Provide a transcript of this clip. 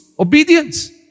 Obedience